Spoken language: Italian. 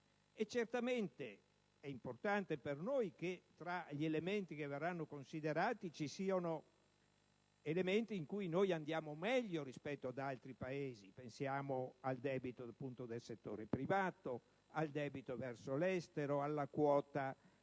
Certamente è importante per noi che tra gli elementi che verranno considerati ci siano elementi in cui registriamo migliori risultati rispetto ad altri Paesi: pensiamo, ad esempio, al debito del settore privato, al debito verso l'estero, alla quota